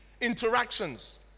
interactions